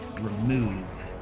remove